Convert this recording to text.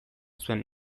zuen